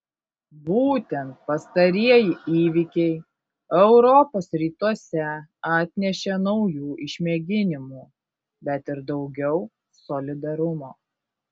būtent pastarieji įvykiai europos rytuose atnešė naujų išmėginimų bet ir daugiau solidarumo